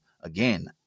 again